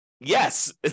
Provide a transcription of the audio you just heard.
yes